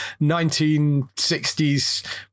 1960s